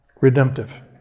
redemptive